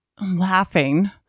laughing